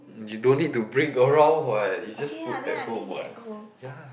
you don't need to bring around what you just put at home what ya